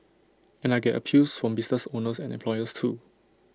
and I get appeals from business owners and employers too